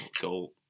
go